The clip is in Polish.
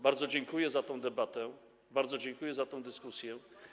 Bardzo dziękuję za tę debatę, bardzo dziękuję za tę dyskusję.